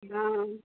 हँ